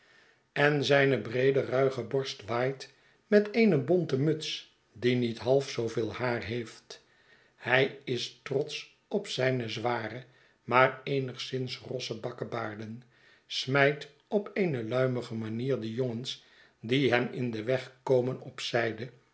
en zijne breede ruige borst waait met eene bonte muts die niet half zooveel haar heeft hij is trotsch op zijne zware maar eenigszins rosse bakkebaarden smijt op eene luimige manier de jongens die hem in den weg komen op